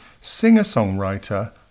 singer-songwriter